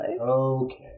Okay